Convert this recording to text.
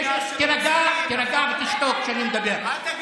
יאללה, אני עוזב.